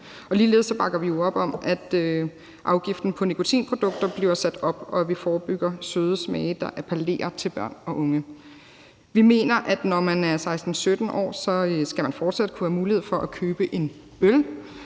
ligeledes bakker vi op om, at afgiften på nikotinprodukter bliver sat op, og at vi forebygger søde smage, der appellerer til børn og unge. Vi mener, at når man er 16-17 år, skal man fortsat kunne have mulighed for at købe en øl,